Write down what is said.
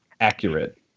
accurate